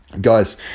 guys